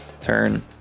turn